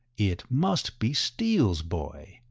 it must be steele's boy,